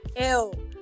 Ew